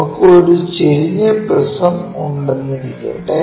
നമുക്ക് ഒരു ചെരിഞ്ഞ പ്രിസം ഉണ്ടെന്നിരിക്കട്ടെ